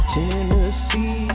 Tennessee